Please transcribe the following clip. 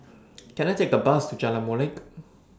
Can I Take A Bus to Jalan Molek